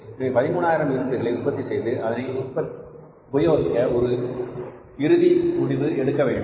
எனவே 13000 யூனிட்களை உற்பத்தி செய்து அதனை உபயோகிக்க ஒரு இறுதி முடிவு எடுக்க வேண்டும்